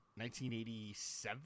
1987